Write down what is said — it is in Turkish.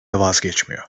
vazgeçmiyor